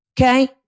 Okay